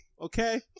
Okay